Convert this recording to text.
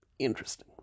interesting